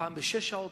פעם בשש שעות.